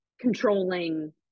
controlling